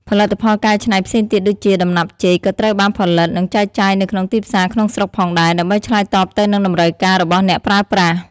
ផលិតផលកែច្នៃផ្សេងទៀតដូចជា ដំណាប់ចេក ក៏ត្រូវបានផលិត និងចែកចាយនៅក្នុងទីផ្សារក្នុងស្រុកផងដែរ ដើម្បីឆ្លើយតបទៅនឹងតម្រូវការ របស់អ្នកប្រើប្រាស់។